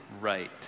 right